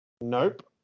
Nope